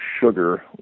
sugar